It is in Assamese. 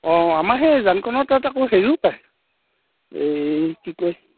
অঁ অঁ আমাৰ সেই জানখনৰ তাত আকৌ হেৰিও পায় এই কি কয়